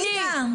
עאידה,